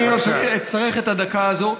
אני אצטרך את הדקה הזאת,